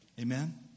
Amen